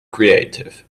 creative